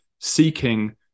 seeking